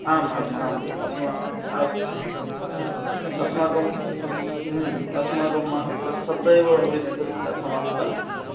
आम् आम् आम् अस्मा अस अस्माकं अस्माकं सद्यः एव नीतिपरीक्षा समाप्ता एवं